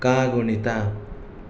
ಕಾಗುಣಿತ